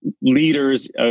leaders